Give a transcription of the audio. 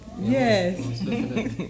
Yes